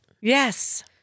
Yes